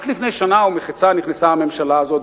רק לפני שנה ומחצה נכנסה הממשלה הזאת,